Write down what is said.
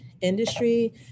industry